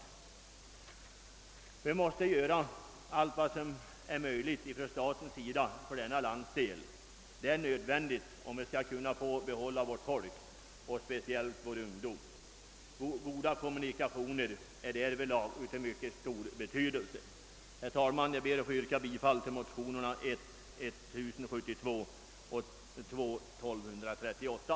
Staten måste göra allt som är möjligt för denna landsdel. Det är nödvändigt om den skall få behålla sitt folk och sin ungdom. Goda kommunikationer är därvidlag av mycket stor betydelse. Herr talman! Jag ber att få yrka bifall till motionerna I: 1072 och II: 1238.